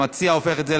המציע הופך את זה,